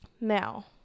now